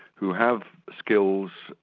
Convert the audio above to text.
who have skills,